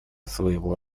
своего